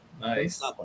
Nice